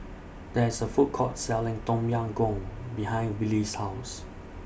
There IS A Food Court Selling Tom Yam Goong behind Wylie's House